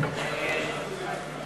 ישראל אייכלר